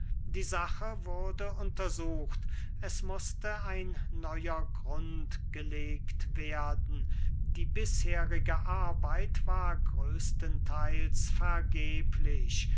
die sache wurde untersucht es mußte ein neuer grund gelegt werden die bisherige arbeit war größtentheils vergeblich